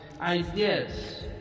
ideas